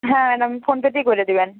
হ্যাঁ ম্যাডাম ফোনপেতেই করে দেবেন